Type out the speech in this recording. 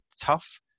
tough